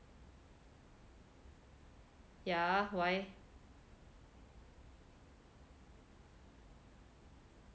ya why